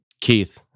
Keith